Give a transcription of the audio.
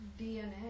DNA